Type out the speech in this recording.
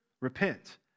Repent